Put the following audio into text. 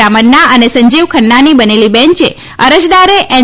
રામન્ના અને સંજીવ ખન્નાની બનેલી બંચે અરજદારે એન